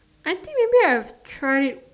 I think maybe I have tried